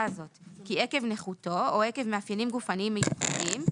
הזאת כי עקב נכותו או עקב מאפיינים גופניים מיוחדים,